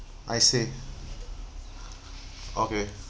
I see okay